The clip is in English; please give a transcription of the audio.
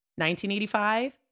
1985